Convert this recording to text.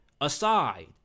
aside